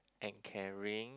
and caring